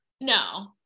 No